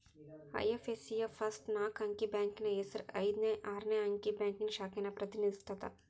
IFSC ಯ first ನಾಕ್ ಅಂಕಿ ಬ್ಯಾಂಕಿನ್ ಹೆಸರ ಐದ್ ಆರ್ನೆ ಅಂಕಿ ಬ್ಯಾಂಕಿನ್ ಶಾಖೆನ ಪ್ರತಿನಿಧಿಸತ್ತ